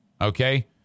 okay